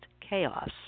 chaos